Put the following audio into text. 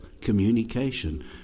communication